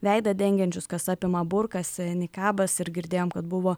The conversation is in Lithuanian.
veidą dengiančius kas apima burkas nikabas ir girdėjom kad buvo